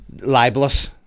libelous